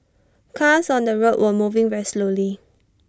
cars on the road were moving very slowly